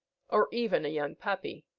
or even a young puppy.